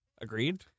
Agreed